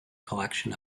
collection